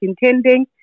intending